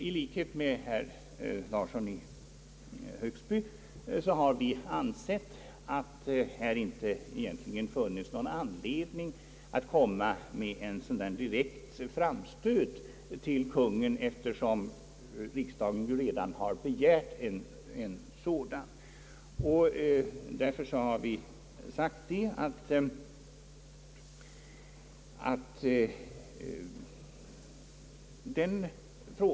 I likhet med herr Larsson i Högsby har vi ansett att det här egentligen inte finns någon anledning att göra en direkt framstöt till Kungl. Maj:t, eftersom riksdagen ju redan har begärt en undersökning.